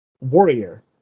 warrior